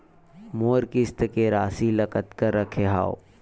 मोर किस्त के राशि ल कतका रखे हाव?